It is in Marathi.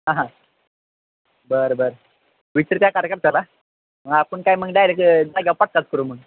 हां हां बरं बरं विचार त्या कार्यकर्त्याला मग आपण काय मग डायरेक्ट करू मग